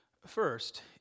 First